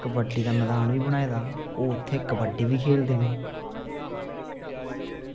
कबड्डी दा मैदान बी बनाए दा ओह् उत्थें कबड्डी बी खेल्लदे न